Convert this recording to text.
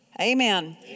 Amen